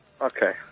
Okay